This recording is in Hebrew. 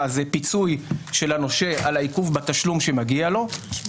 פיצוי של הנושה על העיכוב בתשלום שמגיע לו,